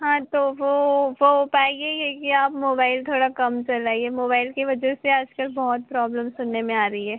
हाँ तो वह वह हो पाएगी क्योंकि आप मोबाइल थोड़ा कम चलाइए मोबाइल की वजह से आज कल बहुत प्रॉब्लम सुनने में आ रही है